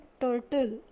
turtle